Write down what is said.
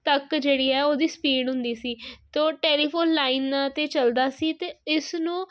ਤੱਕ ਜਿਹੜੀ ਹੈ ਉਹਦੀ ਸਪੀਡ ਹੁੰਦੀ ਸੀ ਅਤੇ ਉਹ ਟੈਲੀਫੋਨ ਲਾਈਨਾਂ 'ਤੇ ਚੱਲਦਾ ਸੀ ਅਤੇ ਇਸ ਨੂੰ